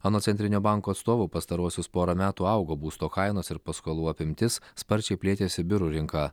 anot centrinio banko atstovų pastaruosius porą metų augo būsto kainos ir paskolų apimtis sparčiai plėtėsi biurų rinka